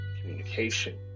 communication